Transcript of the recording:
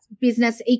business